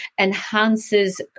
enhances